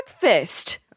breakfast